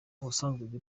ubusanzwe